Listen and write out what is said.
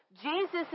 Jesus